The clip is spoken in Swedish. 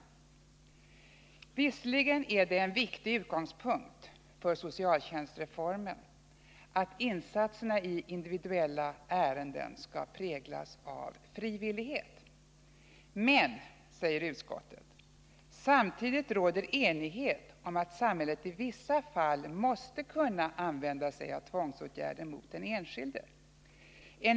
Visserligen är det en viktig utgångspunkt för socialtjänstreformen att insatserna i individuella ärenden skall präglas av frivillighet. Men, säger utskottet, samtidigt ”råder enighet om att samhället i vissa fall måste kunna använda sig av tvångsåtgärder mot den enskilde ———. Så kan vara fallet vid missbruk av alkohol eller narkotika.